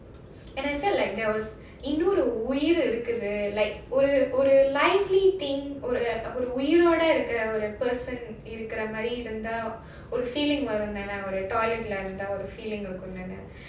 and I felt like there was இன்னும் ஒரு உயிர் இருக்குது:innum oru uyir irukudhu like ஒரு ஒரு:oru oru lively thing ஒரு உயிரோட இருக்கிற ஒரு:oru uyiroda irukra oru person இருக்குரமாரி இருந்தா ஒரு:irukkuramaari irundha oru feeling வரும்தானே ஒரு:varumthaane oru toilet இருந்ததா ஒரு:irundhadha oru feeling இருக்கும் தானே:irukum thaanae